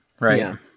right